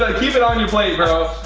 ah keep it on your plate bro.